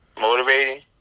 motivating